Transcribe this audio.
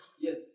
Yes